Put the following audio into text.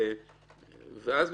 ואז,